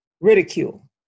Ridicule